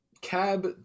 cab